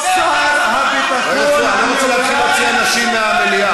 חסר הביטחון, אני לא רוצה להוציא אנשים מהמליאה.